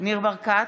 ניר ברקת,